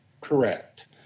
correct